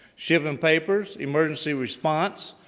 shipping um papers, emergency response,